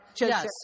Yes